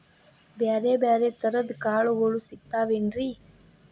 ಬ್ಯಾರೆ ಬ್ಯಾರೆ ತರದ್ ಕಾಳಗೊಳು ಸಿಗತಾವೇನ್ರಿ?